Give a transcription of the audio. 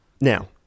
now